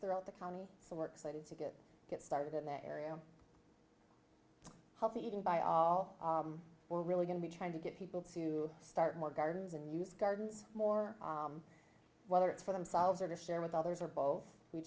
throughout the county so we're excited to get get started in that area healthy eating by all we're really going to be trying to get people to start more gardens and use gardens more whether it's for themselves or to share with others or both we